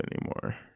anymore